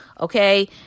okay